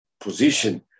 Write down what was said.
position